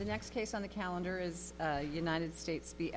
the next case on the calendar is united states the